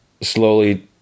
Slowly